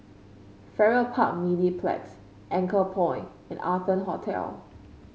Farrer Park Mediplex Anchorpoint and Arton Hotel